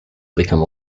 become